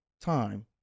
time